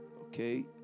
okay